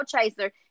chaser